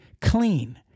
clean